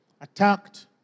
attacked